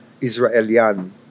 Israelian